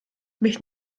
mich